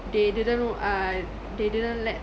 they didn't err they didn't let